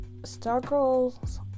Stargirl's